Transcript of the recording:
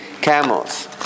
camels